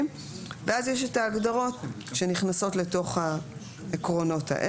ואז יש את ההגדרות שנכנסות לתוך העקרונות האלה.